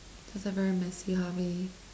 that's a very messy hobby